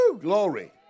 Glory